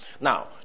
Now